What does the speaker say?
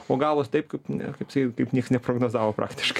o gavosi taip kaip kaip sakyt kaip niekas neprognozavo praktiškai